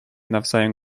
wzajem